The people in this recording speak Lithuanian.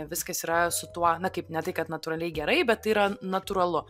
viskas yra su tuo na kaip ne tai kad natūraliai gerai bet tai yra natūralu